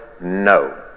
No